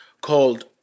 called